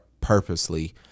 purposely